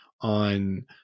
on